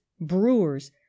brewers